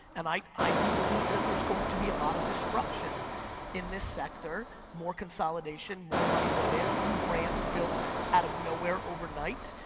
and i i do believe that there's going to be a lot of disruption in this sector, more consolidation, more money brought in, new brains built out of nowhere overnight,